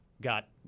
got